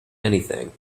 anything